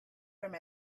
from